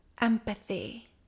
Empathy